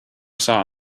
saw